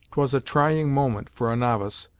it was a trying moment for a novice,